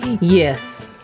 Yes